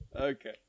Okay